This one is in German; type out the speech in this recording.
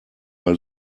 mal